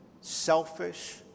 selfish